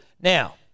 now